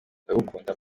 ndagukunda